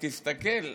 תסתכל,